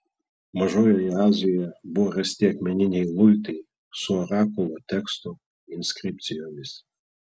mažojoje azijoje buvo rasti akmeniniai luitai su orakulo teksto inskripcijomis